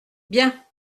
bien